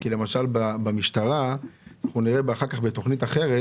כי למשל במשטרה נראה אחר כך בתכנית אחרת